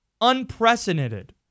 unprecedented